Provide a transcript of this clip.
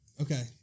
Okay